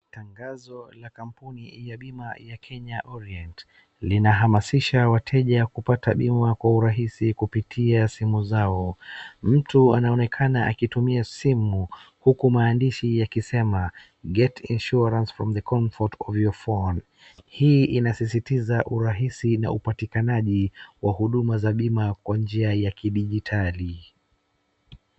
Tangazo la kampuni ya bima ya Kenya orient linahamasisha wateja kupata bima kwa urahisi kupitia simu zao. Mtu anaonekana akitumia simu huku maandishi yakisema get insurance from the comfort of your phone . Hii inasisitiza urahisi na upatikanaji wa huduma za bima kwa njia ya kidijitali.